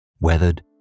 weathered